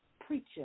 preacher